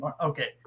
Okay